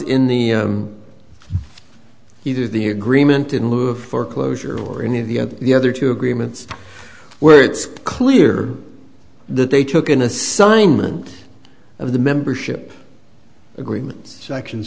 in the either the agreement in lieu of foreclosure or any of the other the other two agreements where it's clear that they took an assignment of the membership agreement section